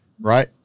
Right